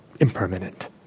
impermanent